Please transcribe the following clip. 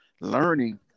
learning –